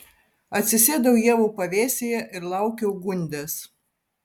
atsisėdau ievų pavėsyje ir laukiau gundės